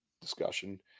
discussion